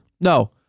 no